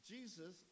Jesus